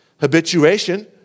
Habituation